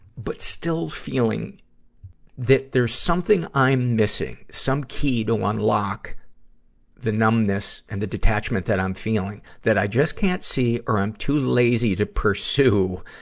but still feeling that there's something that i'm missing, some key to unlock the numbness and the detachment that i'm feeling, that i just can't see or i'm too lazy to pursue.